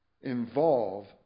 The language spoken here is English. involve